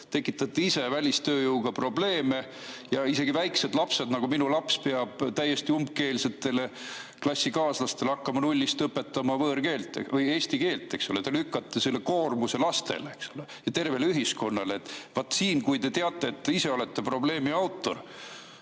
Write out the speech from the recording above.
Tekitate ise välistööjõuga probleeme, nii et isegi väiksed lapsed, nagu minu laps, peavad täiesti umbkeelsetele klassikaaslastele hakkama nullist õpetama eesti keelt, eks ole. Te lükkate selle koormuse lastele ja tervele ühiskonnale. Vaat, kui te teate, et te ise olete probleemi autor,